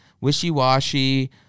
wishy-washy